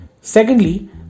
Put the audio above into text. Secondly